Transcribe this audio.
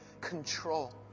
control